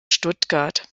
stuttgart